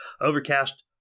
Overcast